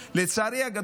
לצערי הגדול,